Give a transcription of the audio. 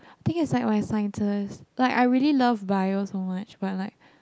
I think is like my Sciences but I really love Bio so much but like